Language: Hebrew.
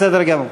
בסדר גמור.